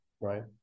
Right